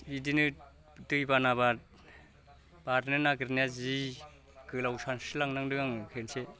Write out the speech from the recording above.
बिदिनो दैबानाबा बारनो नागिरनाया जि गोलाव सानस्रि लांनांदों आङो खेनसे